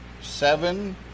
seven